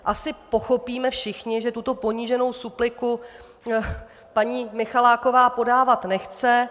Asi pochopíme všichni, že tuto poníženou supliku paní Michaláková podávat nechce.